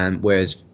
Whereas